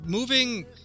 Moving